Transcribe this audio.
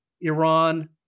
Iran